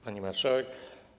Pani Marszałek!